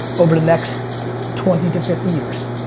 over the next twenty to fifty years,